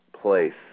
place